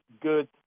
good